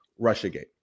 Russiagate